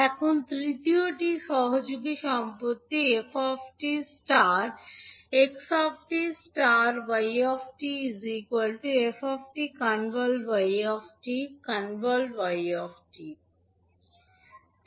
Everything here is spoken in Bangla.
এখন তৃতীয়টি হলো সহযোগী সম্পত্তি 𝑓 𝑡 ∗ 𝑥 𝑡 ∗ 𝑦 𝑡 𝑓 𝑡 ∗ 𝑥 𝑡 ∗ 𝑦 𝑡